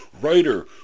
writer